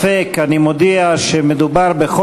סכסוך, אז באה